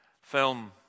film